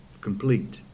complete